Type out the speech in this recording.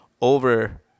over